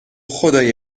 خدای